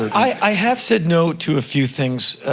i have said no to a few things.